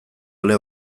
ale